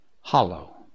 hollow